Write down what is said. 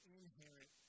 inherit